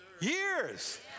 years